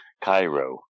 Cairo